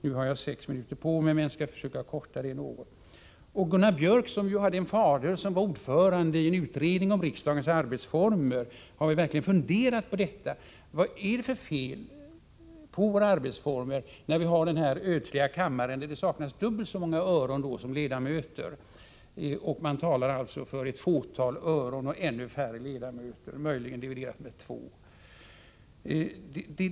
Nu har jag sex minuter på mig, men jag skall försöka att tala kortare tid än så. Gunnar Biörck som hade en fader som var ordförande i en utredning om riksdagens arbetsformer har ju verkligen funderat på vad det är för fel på våra arbetsformer med tanke på den ödsliga kammaren där det saknas dubbelt så många öron som frånvarande ledamöter, och man talar alltså för ett fåtal öron och dividerat med två ännu färre ledamöter.